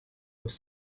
was